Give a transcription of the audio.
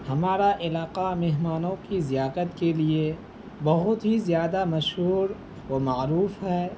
ہمارا علاقہ مہمانوں کی ضیافت کے لیے بہت ہی زیادہ مشہور و معروف ہے